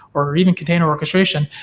or even container orchestration,